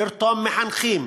לרתום מחנכים,